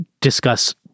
discuss